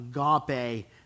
agape